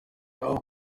aho